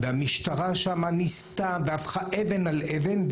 והמשטרה שם ניסתה והפכה אבן על אבן,